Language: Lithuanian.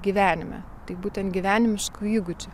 gyvenime tai būtent gyvenimiškų įgūdžių